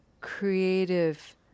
creative